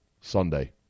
Sunday